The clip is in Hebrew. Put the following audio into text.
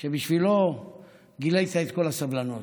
שבשבילה גילית את כל הסבלנות.